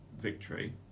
victory